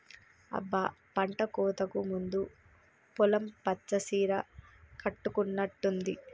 అబ్బ పంటకోతకు ముందు పొలం పచ్చ సీర కట్టుకున్నట్టుంది